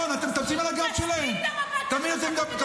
אתם מנסים לעשות מחאה, מה,